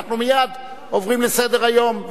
ואנחנו מייד עוברים לסדר-היום.